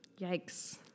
Yikes